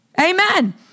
Amen